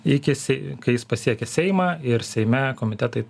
iki sei kai jis pasiekė seimą ir seime komitetai